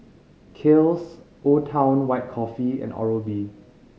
Kiehl's Old Town White Coffee and Oral B